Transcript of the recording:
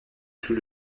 sous